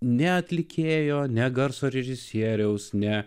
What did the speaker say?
ne atlikėjo ne garso režisieriaus ne